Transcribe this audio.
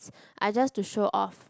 are just to show off